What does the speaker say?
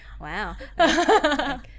Wow